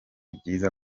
byiza